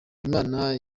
imana